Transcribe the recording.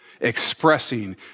expressing